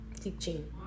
teaching